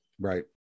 right